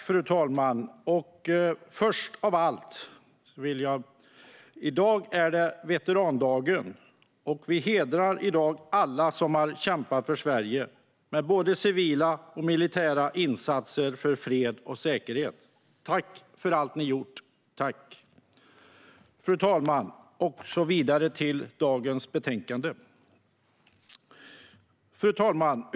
Fru talman! I dag är det veterandagen. Vi hedrar i dag alla som har kämpat för Sverige med civila och militära insatser för fred och säkerhet. Tack för allt ni gjort! Fru talman! Jag går vidare till dagens betänkande.